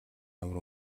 ямар